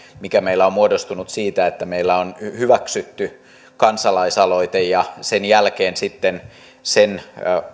mikä meillä on muodostunut siitä että meillä on hyväksytty kansalaisaloite ja sen jälkeen sitten sen